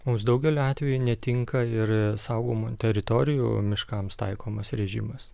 mums daugeliu atvejų netinka ir saugomų teritorijų miškams taikomas režimas